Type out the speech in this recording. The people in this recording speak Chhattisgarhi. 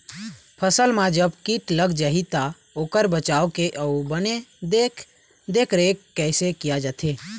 फसल मा जब कीट लग जाही ता ओकर बचाव के अउ बने देख देख रेख कैसे किया जाथे?